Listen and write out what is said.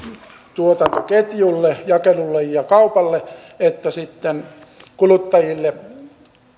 tuotantoketjulle jakelulle ja kaupalle sekä kuluttajille